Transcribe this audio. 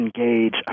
Engage